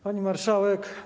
Pani Marszałek!